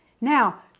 Now